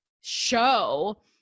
show